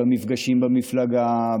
במפגשים במפלגה,